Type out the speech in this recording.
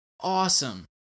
awesome